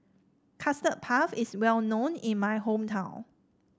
Custard Puff is well known in my hometown